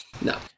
No